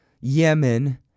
Yemen